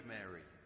Mary